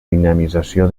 dinamització